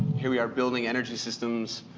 here we are building energy systems,